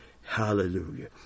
Hallelujah